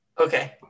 Okay